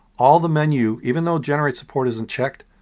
all the menu, even though generate support isn't checked,